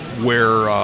where